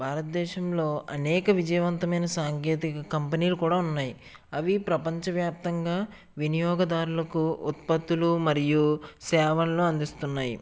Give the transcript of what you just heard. భారతదేశంలో అనేక విజయవంతమైన సాంకేతిక కంపెనీలు కూడా ఉన్నాయి అవి ప్రపంచవ్యాప్తంగా వినియోగదారులకు ఉత్పత్తులు మరియు సేవలను అందిస్తున్నాయి